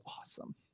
awesome